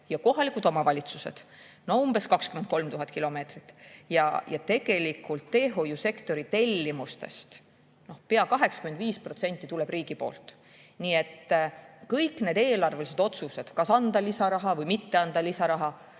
ja kohalike omavalitsuste teid umbes 23 000 kilomeetrit. Teehoiusektori tellimustest pea 85% tuleb riigilt. Nii et kõik need eelarvelised otsused, kas anda lisaraha või mitte anda lisaraha,